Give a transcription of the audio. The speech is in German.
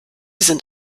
sind